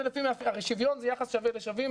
הרי שוויון זה יחס שווה לשווים,